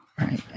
right